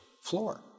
floor